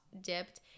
dipped